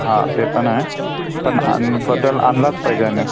हा ते पण आहे पण आणि बदल आणलाच पाहिजे नाही